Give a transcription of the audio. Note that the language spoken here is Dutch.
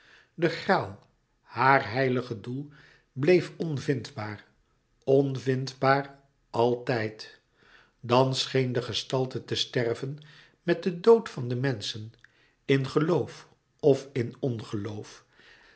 de graal haar heilige doel bleef onvindbaar altijd dan scheen de gestalte te sterven met den dood van de menschen in geloof of in ongeloof